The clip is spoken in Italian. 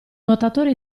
nuotatore